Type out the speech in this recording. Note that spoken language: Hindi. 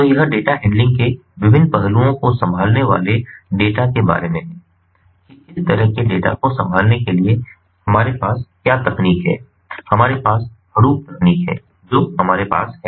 तो यह डेटा हैंडलिंग के विभिन्न पहलुओं को संभालने वाले डेटा के बारे में है कि इस तरह के डेटा को संभालने के लिए हमारे पास क्या तकनीक है हमारे पास हडूप तकनीक है जो हमारे पास है